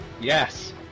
yes